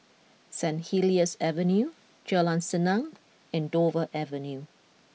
Saint Helier's Avenue Jalan Senang and Dover Avenue